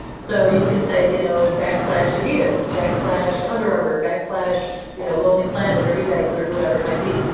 so you can say you know backslash adidas, backslash under armor, backslash you know lonely planet or ebags, or whoever it might be.